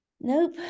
nope